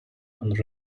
and